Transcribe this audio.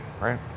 right